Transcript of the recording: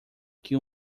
que